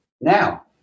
Now